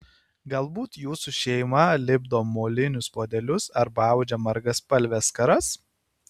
galbūt jūsų šeima lipdo molinius puodelius arba audžia margaspalves skaras